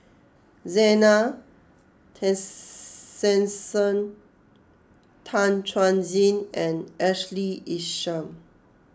Zena Tessensohn Tan Chuan Jin and Ashley Isham